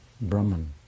Brahman